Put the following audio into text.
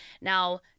Now